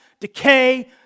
decay